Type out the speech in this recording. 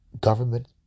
Government